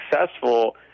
successful